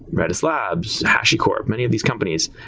redis labs, hashicorp, many of these companies,